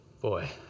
Boy